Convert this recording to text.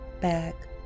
back